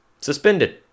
suspended